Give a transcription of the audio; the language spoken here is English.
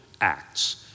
acts